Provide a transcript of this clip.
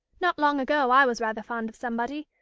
not long ago i was rather fond of somebody,